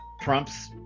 Trump's